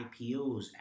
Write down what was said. IPOs